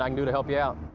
i can do to help you out.